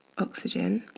oxygen